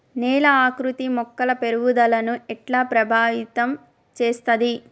నేల ఆకృతి మొక్కల పెరుగుదలను ఎట్లా ప్రభావితం చేస్తది?